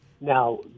Now